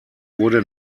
wurde